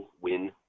win